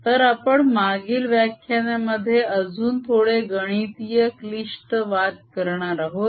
तर आपण मागील व्याख्यानापेक्षा अजून थोडे गणितीय क्लिष्ट वाद करणार आहोत